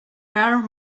where